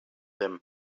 them